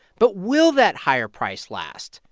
but will that higher price last?